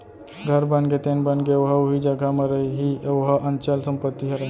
घर बनगे तेन बनगे ओहा उही जघा म रइही ओहा अंचल संपत्ति हरय